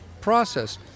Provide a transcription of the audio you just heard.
process